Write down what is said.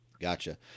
gotcha